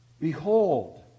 Behold